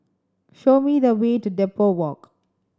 show me the way to Depot Walk